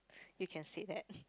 you can say that